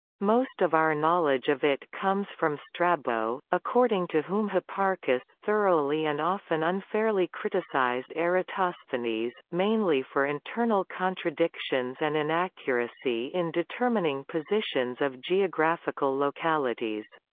most of our knowledge of it comes from strabo, according to whom hipparchus thoroughly and often unfairly criticized eratosthenes, mainly for internal contradictions and inaccuracy in determining positions of geographical localities.